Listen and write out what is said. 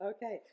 Okay